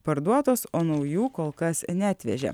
parduotos o naujų kol kas neatvežė